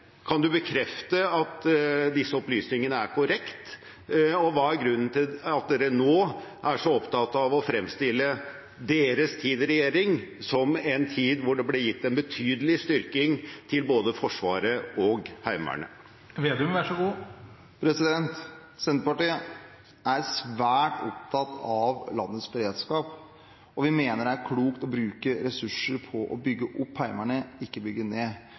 Kan han bekrefte at disse opplysningene er korrekte, og hva er grunnen til at Senterpartiet nå er så opptatt av å fremstille sin tid i regjering som en tid da det ble gitt en betydelig styrking til både Forsvaret og Heimevernet? Senterpartiet er svært opptatt av landets beredskap, og vi mener det er klokt å bruke ressurser på å bygge opp Heimevernet og ikke bygge ned.